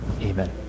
Amen